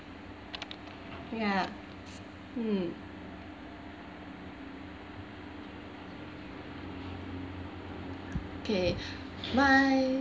ya mm okay my